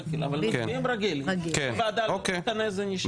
אבל מצביעים רגיל, אם הוועדה לא תתכנס זה נשאר.